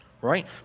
right